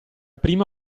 prima